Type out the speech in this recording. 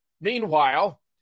Meanwhile